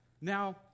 now